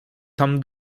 tam